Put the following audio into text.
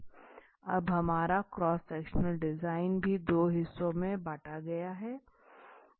अब हमारा cross sectional design भी दो हिस्सों में बांटा गया है